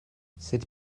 cette